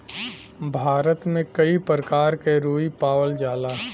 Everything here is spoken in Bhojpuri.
भारत में कई परकार क रुई पावल जाला